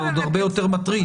זה עוד הרבה יותר מטריד.